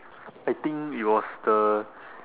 I think it was the